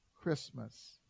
Christmas